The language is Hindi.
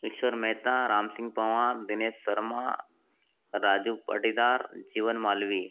ईश्वर मेहता राम सिंह पंवार दिनेश शर्मा राजीव पटीदार जीवन मालवी